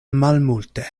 malmulte